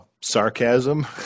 sarcasm